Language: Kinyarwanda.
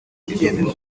ibyemezo